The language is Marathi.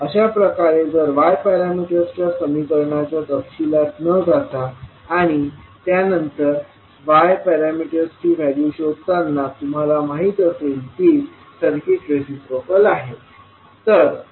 अशाप्रकारे जर y पॅरामीटर समीकरणाच्या तपशिलात न जाता आणि त्यानंतर y पॅरामीटर्सची व्हॅल्यू शोधताना तुम्हाला माहित असेल की सर्किट रिसिप्रोकल आहे